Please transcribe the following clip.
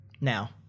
Now